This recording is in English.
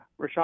Rashad